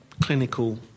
clinical